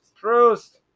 Prost